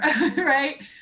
right